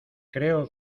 creo